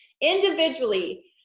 individually